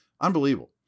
Unbelievable